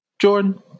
Jordan